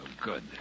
good